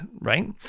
right